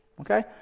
okay